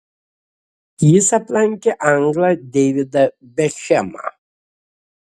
jis aplenkė anglą deividą bekhemą